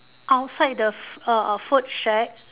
outside the f~ err food shack